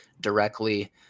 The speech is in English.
directly